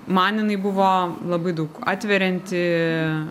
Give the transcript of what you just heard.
man jinai buvo labai daug atverianti